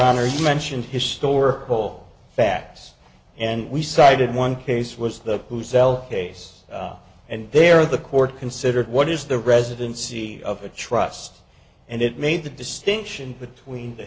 honor you mentioned historical facts and we cited one case was the who sell case and there the court considered what is the residency of a trust and it made the distinction between the